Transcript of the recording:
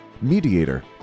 mediator